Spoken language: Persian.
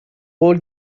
قول